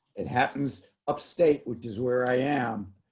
it happens upstate which is where i am.